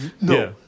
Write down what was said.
No